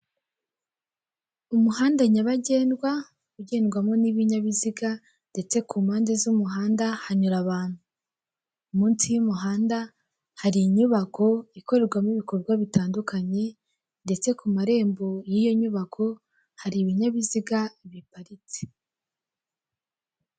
Umuhanda nyabagendwa ugendwamo n'ibinyabiziga ndetse ku mpande z'umuhanda hanyura abantu, munsi y'umuhanda hari inyubako ikorerwamo ibikorwa bitandukanye ndetse ku marembo y'iyo nyubako hari ibinyabiziga biparitse.